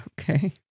Okay